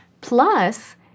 plus